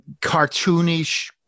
cartoonish